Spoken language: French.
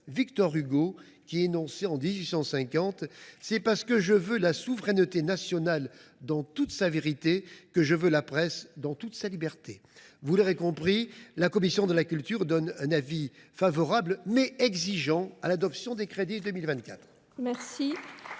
Victor Hugo, qui déclarait en 1850 :« C’est parce que je veux la souveraineté nationale dans toute sa vérité que je veux la presse dans toute sa liberté. » Vous l’aurez compris, la commission de la culture a émis un avis favorable, mais exigeant à l’adoption des crédits pour 2024.